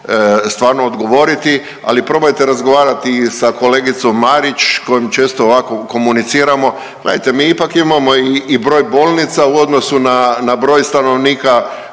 stvarno odgovoriti, ali probajte razgovarati i sa kolegicom Marić kojom često ovako komuniciramo. Gledajte mi ipak imamo i broj bolnica u odnosu na broj stanovnika